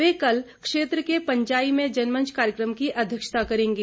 वे कल क्षेत्र के पंजाई में जनमंच कार्यक्रम की अध्यक्षता करेंगे